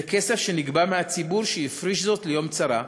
זה כסף שנגבה מהציבור, שהפריש אותו ליום צרה,